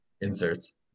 inserts